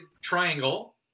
triangle